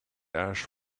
ash